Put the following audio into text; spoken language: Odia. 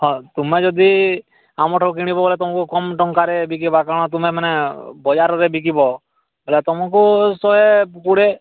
ହଁ ତୁମେ ଯଦି ଆମଠାରୁ କିଣିବ ବୋଲେ ତୁମକୁ କମ୍ ଟଙ୍କାରେ ବିକିବା କାରଣ ତୁମେ ମାନେ ବଜାରରେ ବିକିବ ହେଲେ ତମୁକୁ ଶହେ କୋଡ଼ିଏ